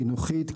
חינוכית,